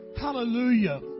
Hallelujah